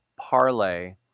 parlay